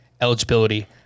eligibility